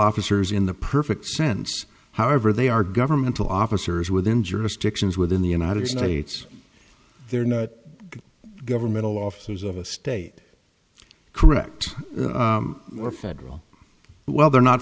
officers in the perfect sense however they are governmental officers within jurisdictions within the united states they're not governmental offices of a state correct or federal well they're not